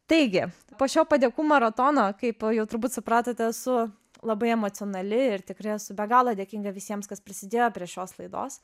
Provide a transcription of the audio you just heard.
taigi po šio padėkų maratono kaip jau turbūt supratote esu labai emocionali ir tikrai esu be galo dėkinga visiems kas prisidėjo prie šios laidos